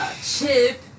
Chip